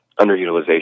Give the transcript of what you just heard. underutilization